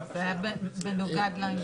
--- בהמשך לזה